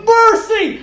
mercy